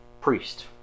priest